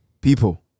People